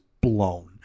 blown